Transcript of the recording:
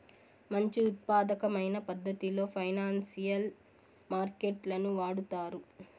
మంచి ఉత్పాదకమైన పద్ధతిలో ఫైనాన్సియల్ మార్కెట్ లను వాడుతారు